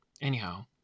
Anyhow